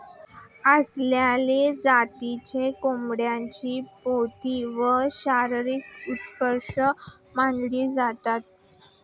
आसिल जातीच्या कोंबडीचा पोत व शरीर उत्कृष्ट मानले जाते